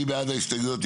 מי בעד ההסתייגויות?